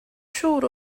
siŵr